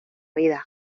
vida